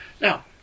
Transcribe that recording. Now